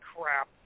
crap